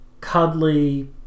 cuddly